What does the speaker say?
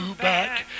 back